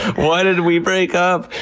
why did we break up?